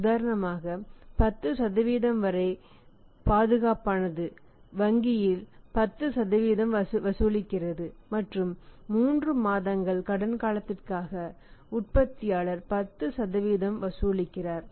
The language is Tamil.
உதாரணமாக 10 வரை பாதுகாப்பானது வங்கி 10 வசூலிக்கிறது மற்றும் 3 மாதங்கள் கடன் காலத்திற்காக உற்பத்தியாளர் 10 வசூலிக்கிறார்